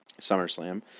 SummerSlam